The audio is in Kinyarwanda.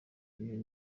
iyo